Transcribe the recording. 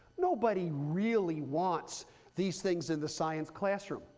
nobody really wants these things in the science classroom.